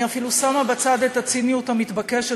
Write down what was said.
אני אפילו שמה בצד את הציניות המתבקשת,